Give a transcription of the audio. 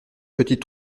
petite